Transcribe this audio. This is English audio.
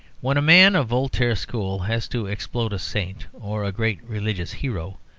when a man of voltaire's school has to explode a saint or a great religious hero,